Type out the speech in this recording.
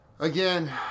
Again